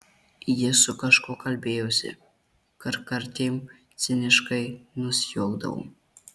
ji su kažkuo kalbėjosi kartkartėm ciniškai nusijuokdavo